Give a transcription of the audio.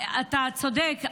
אתה צודק,